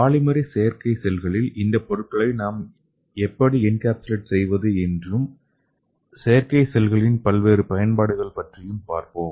polymeric செயற்கை செல்களில் இந்தப் பொருட்களை நாம் எப்படி என்கேப்சுலேட் செய்வது என்றும் செயற்கை செல்களின் பல்வேறு பயன்பாடுகள் பற்றியும் பார்ப்போம்